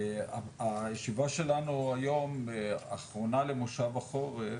הישיבה שלנו היום, האחרונה למושב החורף,